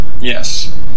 Yes